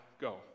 Go